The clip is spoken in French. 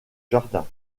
jardin